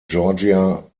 georgia